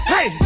Hey